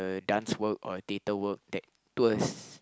dance work or theater work that tours